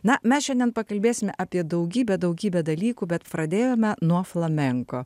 na mes šiandien pakalbėsime apie daugybę daugybę dalykų bet pradėjome nuo flamenko